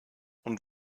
und